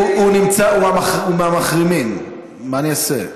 הוא מהמחרימים, מה אני אעשה.